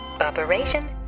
Operation